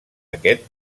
aquest